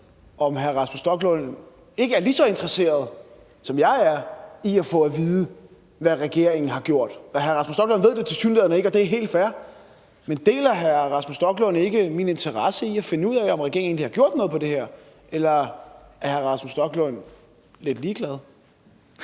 om hr. Rasmus Stoklund ikke er lige så interesseret, som jeg er, i at få at vide, hvad regeringen har gjort? Hr. Rasmus Stoklund ved det tilsyneladende ikke, og det er helt fair, men deler hr. Rasmus Stoklund ikke min interesse i at finde ud af, om regeringen egentlig har gjort noget på det her område, eller er hr. Rasmus Stoklund lidt ligeglad?